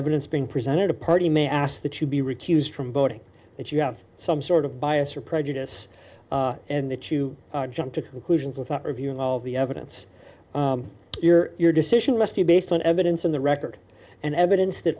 evidence being presented a party may ask that you be recused from voting that you have some sort of bias or prejudice and that you jump to conclusions without reviewing all of the evidence your decision must be based on evidence on the record and evidence that